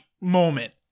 moment